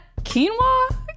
quinoa